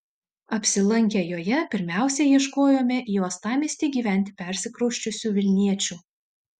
apsilankę joje pirmiausia ieškojome į uostamiestį gyventi persikrausčiusių vilniečių